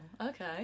okay